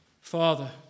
Father